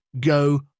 go